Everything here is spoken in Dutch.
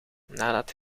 nadat